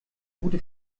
gute